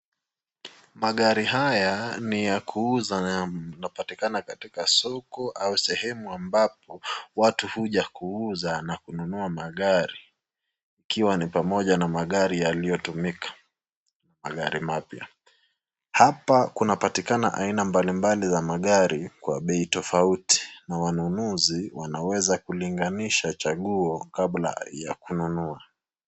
Magari haya ni ya kuuza na inapatikana katika soko au sehemu ambapo watu huja kuuza na kununua magari ikiwa ni pamoja na magari yaliyotumika, magari mapya. Hapa kuna patikana aina mbali mbali za magari kwa bei tofauti na wanunuzi wanaweza kulinganisha chaguo kabla ya kununua.